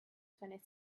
twenty